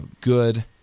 good